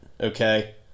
Okay